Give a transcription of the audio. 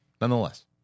Nonetheless